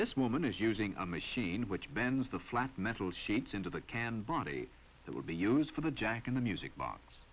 this woman is using a machine which bends the flap metal sheets into the can body that would be used for the jack in the music box